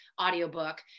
audiobook